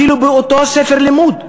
אפילו באותו ספר לימוד,